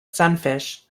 sunfish